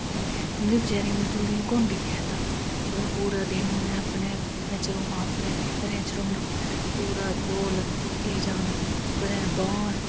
उन्दे बचैरें मजदूरें ई कुन दिक्खा दा उनें पूरा दिन उनें अपनै खुम्बै च रौह्ना अपनें खेत्तरें च रौह्ना पूरा लोऽ लगदी उत्ती जाना कदें बाह्न